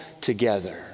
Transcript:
together